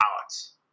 Alex